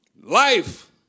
Life